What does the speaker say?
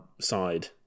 side